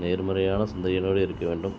நேர்மறையான சிந்தனைகளோடு இருக்க வேண்டும்